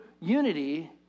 unity